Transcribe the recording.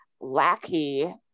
lackey